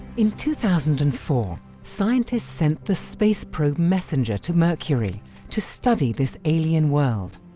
in two thousand and four, scientists sent the space probe messenger to mercury to study this alien world.